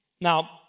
Now